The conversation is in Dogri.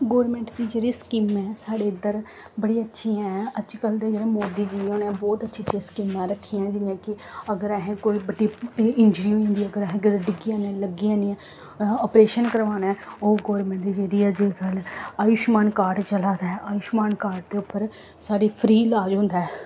गौरमैंट दी जेह्ड़ी स्कीमां ऐ साढ़े इद्धर बड़ी अच्छियां ऐं अजकल्ल दे जेह्ड़े मोदी जी होरें ब्हौत अच्छी अच्छियां स्कीमां रक्खियां जि'यां कि अगर असें गी कोई बड्डी ई इंजरी होई जंदी ऐ अगर अस अगर डिग्गी जन्ने आं लग्गी जंदी ऐ अप्रेशन करवाना ऐ ओह् गौरमैंट दी जेह्ड़ी अजकल्ल आयुश्मान कार्ड चला दा ऐ आयुश्मान कार्ड दे उप्पर साढ़ी फ्री इलाज होंदा ऐ